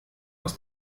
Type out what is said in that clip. aus